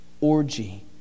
orgy